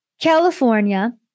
California